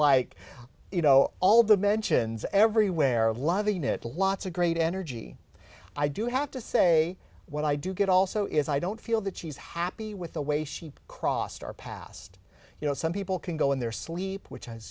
like you know all the mentions everywhere of loving it lots of great energy i do have to say what i do get also is i don't feel that she's happy with the way she crossed our past you know some people can go in their sleep which as